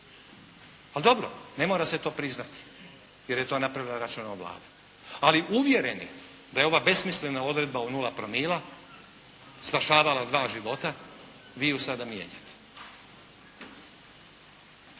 Ali dobro, ne mora se to priznati jer je to napravila Račanova Vlada. Ali uvjereni da je ova besmislena odredba o nula promila spašavala dva života vi ju sada mijenjate.